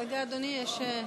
רגע, אדוני, יש,